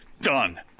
done